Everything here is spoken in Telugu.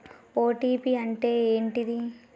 ఓ.టీ.పి అంటే ఏంటిది?